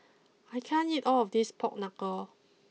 I can't eat all of this Pork Knuckle